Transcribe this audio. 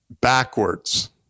backwards